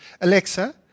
Alexa